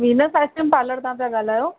Venus ice cream parlour तां पिया ॻाल्हायो